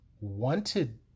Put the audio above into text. wanted